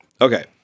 Okay